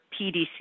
PDC